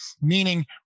meaning